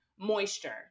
moisture